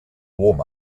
warm